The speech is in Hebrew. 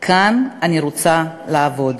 כאן אני רוצה לעבוד.